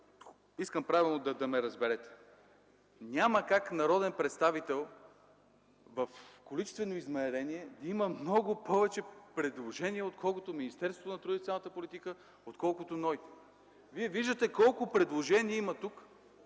искам правилно да ме разберете – няма как народен представител в количествено измерение да има много повече предложения, отколкото Министерството на труда и социалната политика, отколкото НОИ. Вие виждате колко предложения има тук,